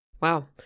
Wow